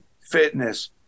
fitness